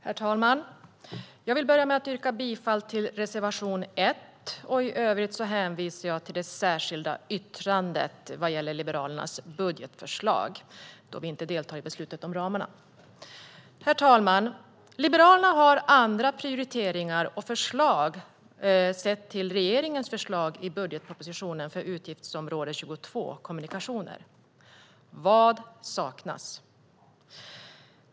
Herr talman! Jag vill börja med att yrka bifall till reservation 1. I övrigt hänvisar jag till det särskilda yttrandet vad gäller Liberalernas budgetförslag, då vi inte deltar i beslutet om ramarna. Herr talman! Liberalerna har andra prioriteringar och förslag jämfört med regeringens förslag i budgetpropositionen för utgiftsområde 22 Kommunikationer. Vad saknas?